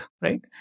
right